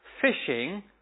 fishing